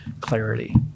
clarity